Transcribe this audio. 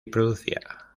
producía